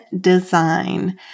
design